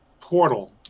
portal